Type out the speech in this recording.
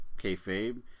kayfabe